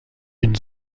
une